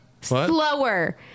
slower